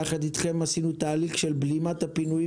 יחד איתכם עשינו תהליך של בלימת הפינויים